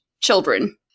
children